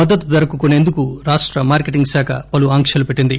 మద్దతుధరకు కొసేందుకు రాష్ట మార్కెటింగ్ శాఖ పలు ఆంక్షలు పెట్టింది